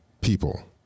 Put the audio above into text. people